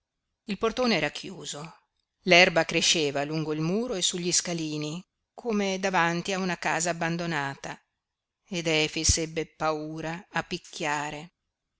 il portone era chiuso l'erba cresceva lungo il muro e sugli scalini come davanti a una casa abbandonata ed efix ebbe paura a picchiare